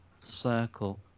circle